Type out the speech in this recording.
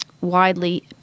widely